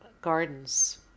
gardens